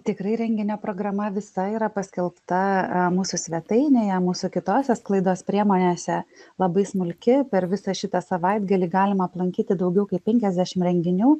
tikrai renginio programa visa yra paskelbta mūsų svetainėje mūsų kitose sklaidos priemonėse labai smulki per visą šitą savaitgalį galima aplankyti daugiau kaip penkiasdešim renginių